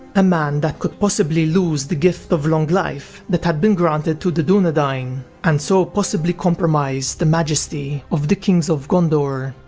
a man that would possibly lose the gift of long life that had been granted to the duendain, and so possibly compromise the majesty of the kings of gondor.